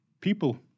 people